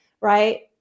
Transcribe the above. right